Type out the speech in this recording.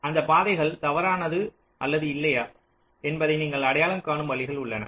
அந்தப் பாதைகள் தவறானது அல்லது இல்லையா என்பதை நீங்கள் அடையாளம் காணும் வழிகள் உள்ளன